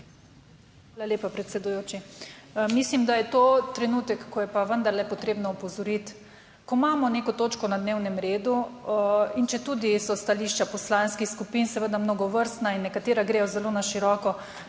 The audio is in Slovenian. Hvala lepa, predsedujoči. Mislim, da je to trenutek, ko je pa vendarle potrebno opozoriti, ko imamo neko točko na dnevnem redu in četudi so stališča poslanskih skupin seveda mnogovrstna in nekatera gredo zelo na široko,